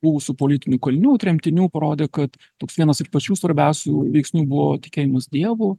buvusių politinių kalinių tremtinių parodė kad toks vienas iš pačių svarbiausių veiksnių buvo tikėjimas dievu